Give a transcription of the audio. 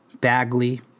Bagley